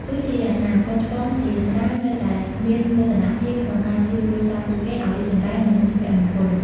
ទោះជាយ៉ាងណា កូនច្បងជាច្រើននៅតែមានមោទនភាពក្នុងការជួយគ្រួសារពួកគេ ឱ្យរីកចម្រើន និងមានសុភមង្គល។